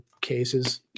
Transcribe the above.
cases